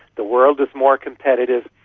the world is more competitive,